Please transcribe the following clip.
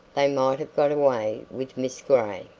they might have got away with miss gray.